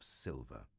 silver